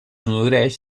nodreix